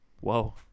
Whoa